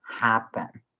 happen